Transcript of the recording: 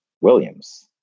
Williams